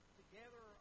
together